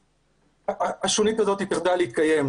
השונית הזו תחדל להתקיים.